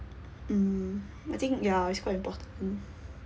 hmm I think ya is quite important